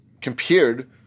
compared